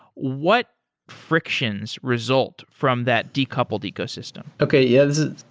what frictions result from that decoupled ecosystem? okay. yeah,